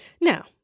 Now